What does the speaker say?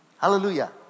Hallelujah